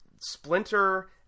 splinter